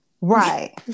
Right